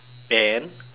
then